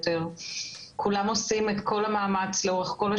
אני אומרת את זה, ולא סתם.